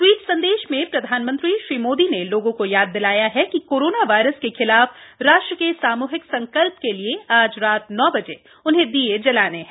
tweet संदेश में प्रधानमंत्री मोदी ने लोगों को याद दिलाया है कि कोरोना वायरस के खिलाफ राष्ट्र के सामूहिक संकल्प के लिए आज रात नौ बजे उन्हें दीये जलाने हैं